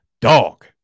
Dog